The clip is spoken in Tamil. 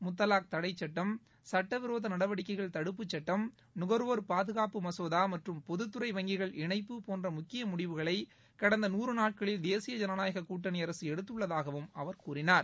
முத்தலாக் தடை சட்டம் சட்ட விரோத நடடிக்கைகள் தடுப்புச் சுட்டம் நுகர்வோர் பாதுகாப்பு மசோதா மற்றம் பொதுத்துறை வங்கிகள் இணைப்பு போன்ற முக்கிய முடிவுகளை கடந்த நூறு நாட்களில் தேசிய ஜனநாயக கூட்டணி அரசு எடுத்துள்ளதாகவும் அவர் கூறினார்